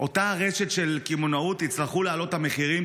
אותה רשת של קמעונאות תצטרך להעלות את המחירים,